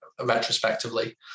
retrospectively